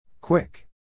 Quick